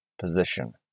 position